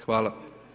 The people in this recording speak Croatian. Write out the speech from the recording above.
Hvala.